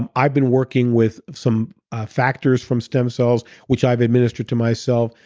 um i've been working with some factors from stem cells which i've administered to myself.